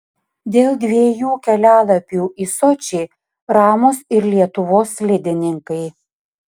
dėl dviejų kelialapių į sočį ramūs ir lietuvos slidininkai